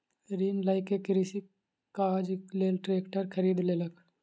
ऋण लय के कृषक कृषि काजक लेल ट्रेक्टर खरीद लेलक